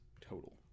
total